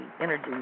Energy